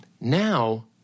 now